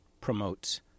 promotes